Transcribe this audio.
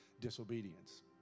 Disobedience